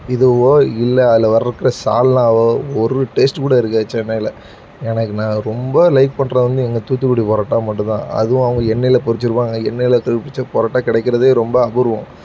இதுவோ இல்லை அதில் வர இருக்கிற சால்னாவோ ஒரு டேஸ்ட் கூட இருக்காது சென்னையில் எனக்கு நான் ரொம்ப லைக் பண்ணுறது வந்து எங்கள் தூத்துக்குடி பரோட்டா மட்டும் தான் அதுவும் அவங்க எண்ணெயில் பொறிச்சிருப்பாங்க எண்ணெயில் இருக்கிற பொறித்த பரோட்டா கிடைக்கிறதே ரொம்ப அபூர்வம்